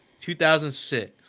2006